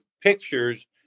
pictures